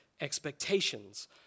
expectations